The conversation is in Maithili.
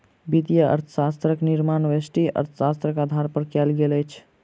वित्तीय अर्थशास्त्रक निर्माण व्यष्टि अर्थशास्त्रक आधार पर कयल गेल अछि